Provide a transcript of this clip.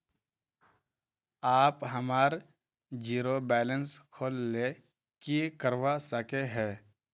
आप हमार zero balance खोल ले की करवा सके है?